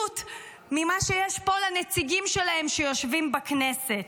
ממה שיש פה לנציגים שלהם שיושבים בכנסת.